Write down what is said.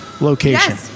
location